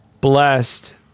blessed